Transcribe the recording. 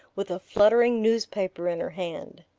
with a fluttering newspaper in her hand.